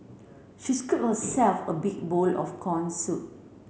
she scooped herself a big bowl of corn soup